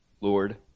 Lord